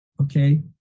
okay